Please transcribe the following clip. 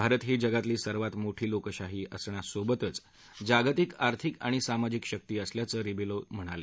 भारत ही जगातली सर्वात मोठी लोकशाही असण्यासोबतच जागतिक अर्थिक आणि सामजिक शक्ती असल्याचं रिबेलो म्हणाले